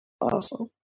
Awesome